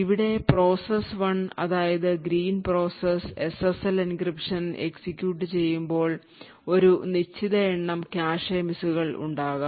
ഇവിടെ പ്രോസസ്സ് 1 അതായത് green process SSL encryption execute ചെയ്യുമ്പോൾ ഒരു നിശ്ചിത എണ്ണം കാഷെ മിസ്സുകൾ ഉണ്ടാകാം